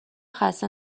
خسته